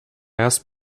asked